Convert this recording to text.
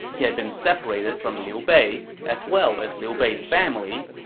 he had been separated from liu bei, as well as liu bei's family,